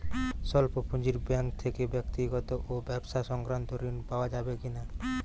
স্বল্প পুঁজির ব্যাঙ্ক থেকে ব্যক্তিগত ও ব্যবসা সংক্রান্ত ঋণ পাওয়া যাবে কিনা?